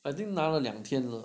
I think 那了两天了